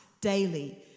daily